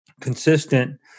consistent